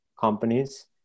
companies